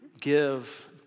give